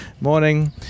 Morning